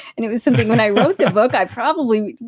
and it was something when i wrote the book, i probably.